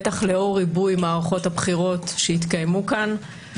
בטח לאור ריבוי מערכות הבחירות שהתקיימו כאן.